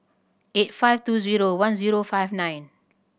eight five two zero one zero five nine